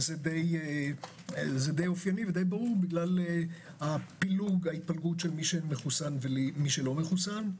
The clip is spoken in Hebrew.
וזה די אופייני וברור בגלל פילוג ההתפלגות של מי שמחוסן ומי שלא מחוסן.